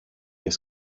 και